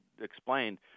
explained